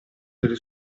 delle